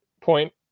point